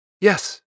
Yes